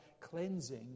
cleansing